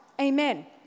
Amen